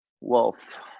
wolf